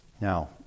Now